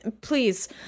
please